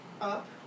up